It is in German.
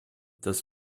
dass